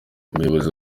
umuyobozi